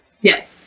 Yes